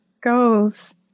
goes